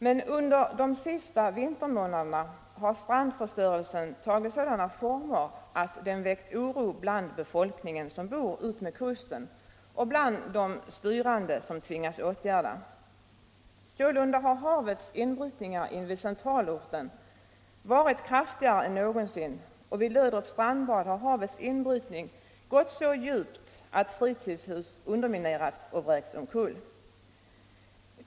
Men under de senaste vintermånaderna har strandförstörelsen tagit sådana former att den väckt oro bland befolkningen utmed kusten och bland de styrande som tvingas vidta åtgärder. Sålunda har havets inbrytningar invid centralorten varit kraftigare än någonsin, och vid Löderups strandbad har havets inbrytning gått så djupt att fritidshus underminerats och vräkts omkull.